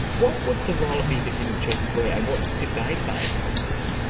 what was the role of the independent children's lawyer, and what did they say to the court?